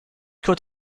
could